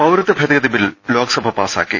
പൌരത്വഭേദഗൃതി bill Lok Sabha പാസ്സാക്കി